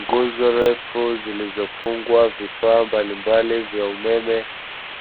Nguzo ndefu zilizofungwa vifaa mbalimbali vya umeme,